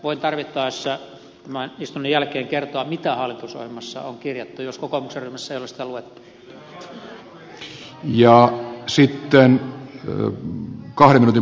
voin tarvittaessa tämän istunnon jälkeen kertoa mitä hallitusohjelmaan on kirjattu jos kokoomuksen ryhmässä ei ole sitä luettu